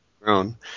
grown